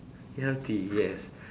healthy yes